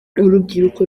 urubyiruko